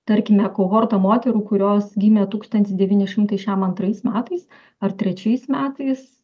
tarkime kohorta moterų kurios gimė tūkstantis devyni šimtai šiam antrais metais ar trečiais metais